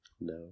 No